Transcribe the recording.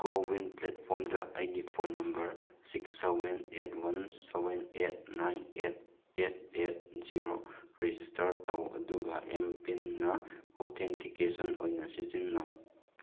CoWIN ꯄ꯭ꯂꯦꯠꯐꯣꯝꯗ ꯑꯩꯒꯤ phone number six seven eight one seven eight nine eight eight eight zero register ꯇꯧ ꯑꯗꯨꯒ M ꯄꯤꯟꯅ authentication ꯑꯣꯏꯅ ꯁꯤꯖꯤꯟꯅꯧ